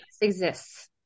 exists